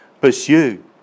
Pursue